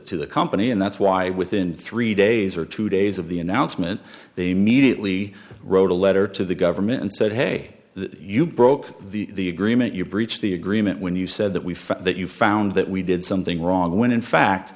to the company and that's why within three days or two days of the announcement they mediately wrote a letter to the government and said hey you broke the agreement you breached the agreement when you said that we felt that you found that we did something wrong when in fact